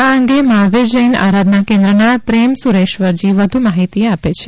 આ અંગે મહાવીર જૈન આરાધના કેન્દ્રના પ્રેમસુરેશ્વરજી વધુ માહિતી આપે છે